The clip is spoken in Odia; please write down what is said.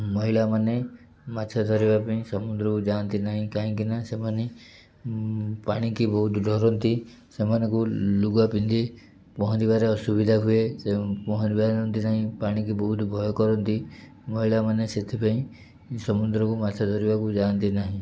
ମହିଳାମାନେ ମାଛ ଧରିବା ପାଇଁ ସମୁଦ୍ରକୁ ଯାଆନ୍ତି ନାହିଁ କାହିଁକି ନା ସେମାନେ ପାଣିକି ବହୁତ ଡରନ୍ତି ସେମାନଙ୍କୁ ଲୁଗା ପିନ୍ଧି ପହଁରିବାରେ ଅସୁବିଧା ହୁଏ ପହଁରି ପାରନ୍ତି ନାହିଁ ପାଣିକି ବହୁତ ଭୟ କରନ୍ତି ମହିଳାମାନେ ସେଥିପାଇଁ ସମୁଦ୍ରକୁ ମାଛ ଧରିବାକୁ ଯାଆନ୍ତି ନାହିଁ